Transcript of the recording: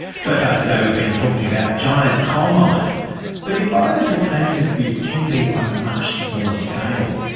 so far today we've been talking about giant coal mines but environmental planning disputes can be on a much smaller scale.